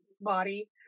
body